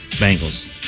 Bengals